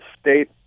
state